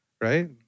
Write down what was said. right